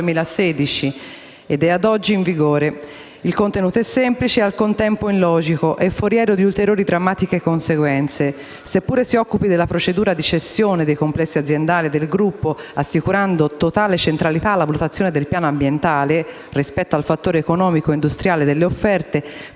Il contenuto è semplice e, al contempo, illogico e foriero di ulteriori drammatiche conseguenze: seppure si occupi della procedura di cessione dei complessi aziendali del Gruppo, assicurando totale centralità alla valutazione del piano ambientale rispetto al fattore economico e industriale delle offerte,